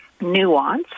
nuanced